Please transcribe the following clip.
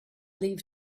leave